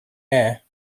air